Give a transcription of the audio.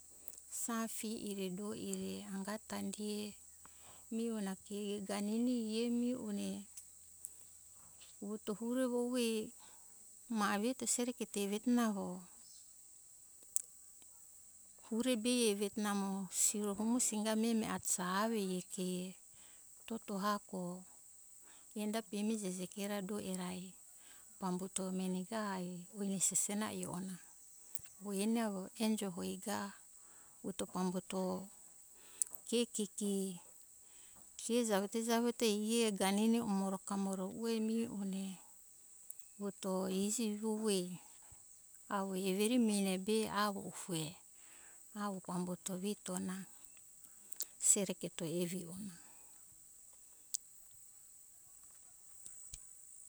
Sa fe ere do ere anga tandie mihona ke ganini hio mi one vuto hure vovue ma evi to sereketo eveto na ro hure be eveto namo siro homosi singa meme asija avo ke toto hako enda pemi seke ra do era pambuto meni ga ue re sesena e on aue eni avo enjo hoi ga ue pambuto ke kiki. ke javo te javo te ie ganini umoro kamoro ue mihone vuto iji iho vue avo evere mihene be avo ufue avo pambuto vito ona sereketo evi ona